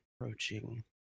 Approaching